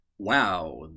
Wow